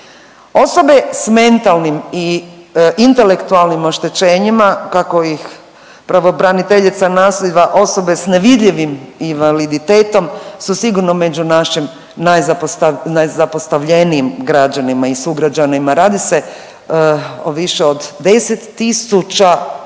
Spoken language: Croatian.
Osobe s mentalnim i intelektualnim oštećenjima kako ih pravobraniteljica, osobe s nevidljivim invaliditetom su sigurno među našim najzapostavljenijim građanima i sugrađanima. Radi se o više od 10